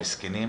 המסכנים,